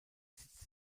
sitz